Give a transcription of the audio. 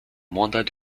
mandat